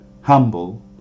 humble